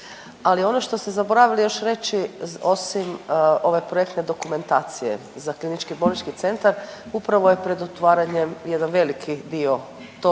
ali ono što ste zaboravili još reći osim ove projektne dokumentacije za klinički bolnički centar upravo je pred otvaranjem jedan veliki dio tog